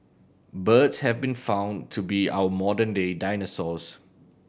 birds have been found to be our modern day dinosaurs